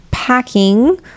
packing